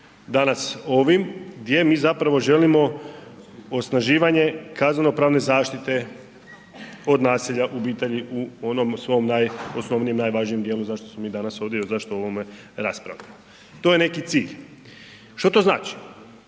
danas ovim gdje mi zapravo želimo osnaživanje kazneno-pravne zaštite od nasilja u obitelji u onom svom najosnovnijem, najvažnijem dijelu zašto smo mi danas ovdje i zašto o ovome raspravljamo. To je neki cilj. Što to znači?